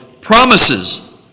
promises